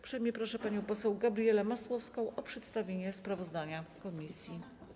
Uprzejmie proszę panią poseł Gabrielę Masłowską o przedstawienie sprawozdania komisji.